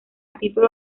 título